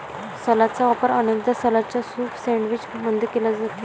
सलादचा वापर अनेकदा सलादच्या सूप सैंडविच मध्ये केला जाते